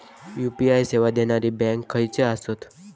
UPI सेवा देणारे bank खयचे आसत?